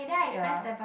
ya